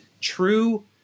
true